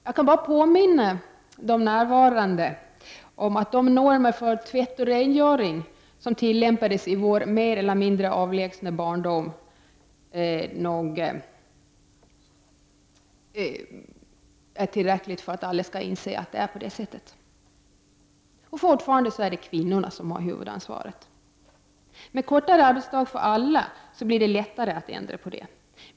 Jag behöver bara påminna de närvarande om de normer för tvätt och rengöring som tillämpades i vår mer eller mindre avlägsna barndom för att alla skall inse att det är så. Fortfarande är det kvinnorna som har huvudansvaret. Med kortare arbetsdag för alla blir det lättare att ändra på detta.